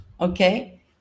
Okay